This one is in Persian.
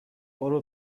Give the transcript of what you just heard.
برو